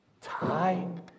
Time